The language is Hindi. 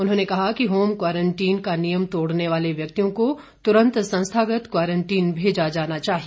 उन्होंने कहा कि होम क्वारन्टीन का नियम तोड़ने वाले व्यक्तियों को तुरंत संस्थागत क्वारन्टीन भेजा जाना चाहिए